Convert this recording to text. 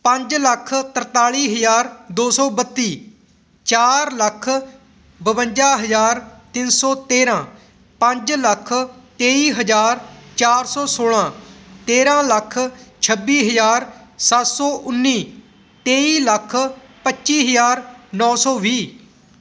ਪੰਜ ਲੱਖ ਤਰਤਾਲੀ ਹਜ਼ਾਰ ਦੋ ਸੌ ਬੱਤੀ ਚਾਰ ਲੱਖ ਬਵੰਜਾ ਹਜ਼ਾਰ ਤਿੰਨ ਸੌ ਤੇਰਾਂ ਪੰਜ ਲੱਖ ਤੇਈ ਹਜ਼ਾਰ ਚਾਰ ਸੌ ਸੋਲਾਂ ਤੇਰਾਂ ਲੱਖ ਛੱਬੀ ਹਜ਼ਾਰ ਸੱਤ ਸੌ ਉੱਨੀ ਤੇਈ ਲੱਖ ਪੱਚੀ ਹਜ਼ਾਰ ਨੌ ਸੌ ਵੀਹ